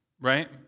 right